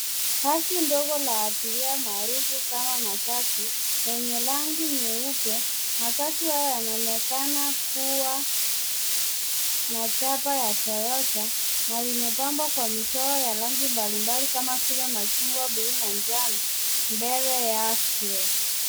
Basi ndogo la abiria maarufu kama matatu lenye rangi nyeupe. Matatu haya yanaonekana kuwa na chapa ya Toyota na limepambwa kwa michoro ya rangi mbalimbali kama vile machungwa, blue na njano mbele yake.